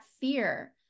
fear